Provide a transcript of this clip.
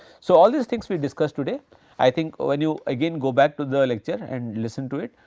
so, all these things we discussed today i think when you again go back to the lecture and listen to it,